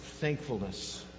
thankfulness